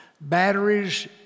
batteries